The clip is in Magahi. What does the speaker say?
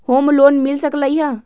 होम लोन मिल सकलइ ह?